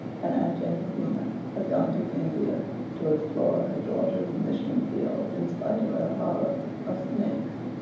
and aunt jamesina has gone to india to explore her daughter's mission field, in spite of her horror of snakes.